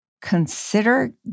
consider